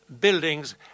buildings